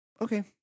okay